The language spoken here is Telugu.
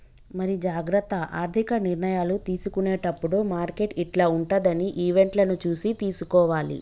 మరి జాగ్రత్త ఆర్థిక నిర్ణయాలు తీసుకునేటప్పుడు మార్కెట్ యిట్ల ఉంటదని ఈవెంట్లను చూసి తీసుకోవాలి